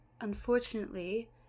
unfortunately